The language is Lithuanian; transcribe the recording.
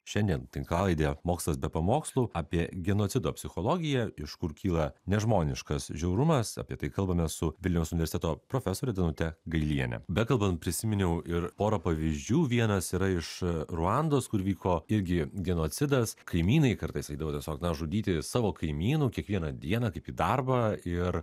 šiandien tinklalaidė mokslas be pamokslų apie genocido psichologiją iš kur kyla nežmoniškas žiaurumas apie tai kalbamės su vilniaus universiteto profesore danute gailiene bekalbant prisiminiau ir porą pavyzdžių vienas yra iš ruandos kur vyko irgi genocidas kaimynai kartais eidavo tiesiog na žudyti savo kaimynų kiekvieną dieną kaip į darbą ir